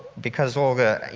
because olga,